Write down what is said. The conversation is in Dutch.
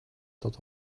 tot